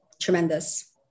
Tremendous